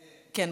כן.